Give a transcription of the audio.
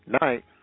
Night